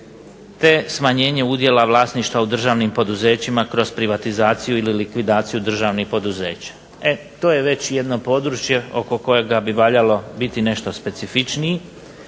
te smanjenje udjela vlasništva u državnim poduzećima kroz privatizaciju ili likvidaciju državnih poduzeća. E to je već jedno područje oko kojega bi valjalo biti nešto specifičniji